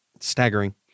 Staggering